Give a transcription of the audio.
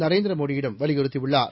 நரேந்திர மோடியிடம் வலியுறுத்தியுள்ளார்